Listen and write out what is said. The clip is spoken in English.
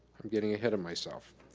i'm getting ahead of myself.